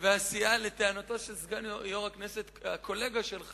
נתניהו דיבר על העיקרון שאם כבר משנים את המיסוי,